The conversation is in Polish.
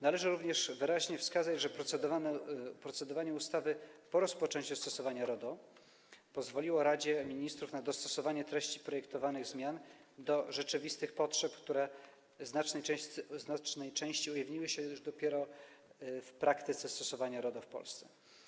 Należy również wyraźnie wskazać, że procedowanie nad ustawą po rozpoczęciu stosowania RODO pozwoliło Radzie Ministrów na dostosowanie treści projektowanych zmian do rzeczywistych potrzeb, które w znacznej części ujawniły się dopiero w praktyce stosowania RODO w Polsce.